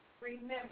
remember